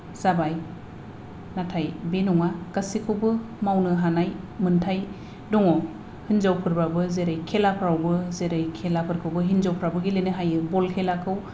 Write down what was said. जाबाय नाथाय बे नङा गासैखौबो मावनो हानाय मोनथाय दङ हिनजावफोरबाबो जेरै खेलाफ्रावबो जेरै खेलाफोरखौबो हिनजावफ्राबो गेलेनो हायो बल खेलाखौ